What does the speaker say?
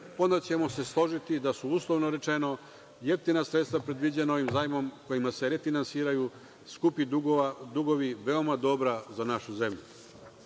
onda ćemo se složiti da su, uslovno rečeno, jeftina sredstva predviđena ovim zajmom, kojima se refinansiraju skupi dugovi, veoma je dobro za našu zemlju. Takođe